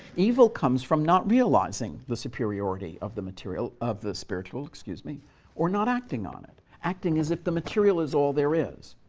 evil comes from not realizing the superiority of the material of the spiritual, excuse me or not acting on it, acting as if the material is all there is.